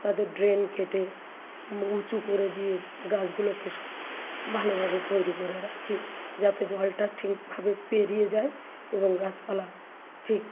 তাদের ড্রেন কেটে উঁচু করে দিয়ে গাছগুলোকে ভালোভাবে তৈরি করে রাখি যাতে জলটা ঠিকভাবে পেরিয়ে যায় এবং গাছপালা ঠিক